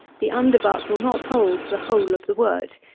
the underbuck will not hold the whole of the wort.